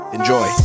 Enjoy